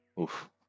Oof